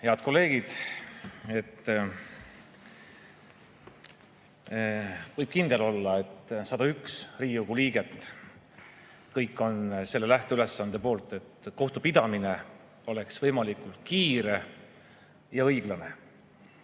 Head kolleegid! Võib kindel olla, et kõik 101 Riigikogu liiget on selle lähteülesande poolt, et kohtupidamine oleks võimalikult kiire ja õiglane.